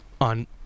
on